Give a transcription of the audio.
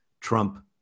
Trump